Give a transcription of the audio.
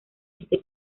este